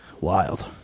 Wild